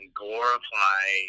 glorify